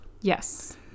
Yes